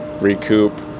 recoup